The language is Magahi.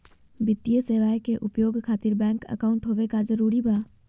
वित्तीय सेवाएं के उपयोग खातिर बैंक अकाउंट होबे का जरूरी बा?